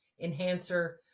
enhancer